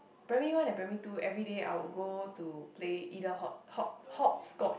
primary one and primary two everyday I would go to play either hop hop hopscotch